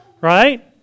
right